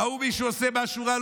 ראו מישהו עושה משהו רע,